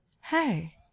Hey